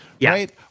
Right